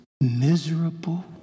miserable